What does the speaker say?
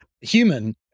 human